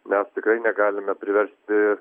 mes tikrai negalime priversti